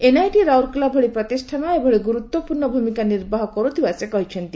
NIT Rourkela ଭଳି ପ୍ରତିଷ୍ଠାନ ଏଭଳି ଗୁରୁତ୍ୱପୂର୍ଣ୍ଣ ଭୂମିକା ନିର୍ବାହ କର୍ତ୍ତିବା ସେ କହିଛନ୍ତି